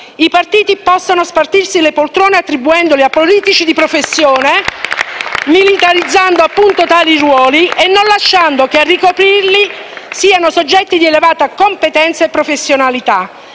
i partiti possano spartirsi le poltrone attribuendole a politici di professione, militarizzando appunto tali ruoli e non lasciando che a ricoprirli siano soggetti di elevata competenza e professionalità.